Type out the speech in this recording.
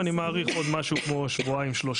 אני מעריך עוד משהו כמו שבועיים-שלושה.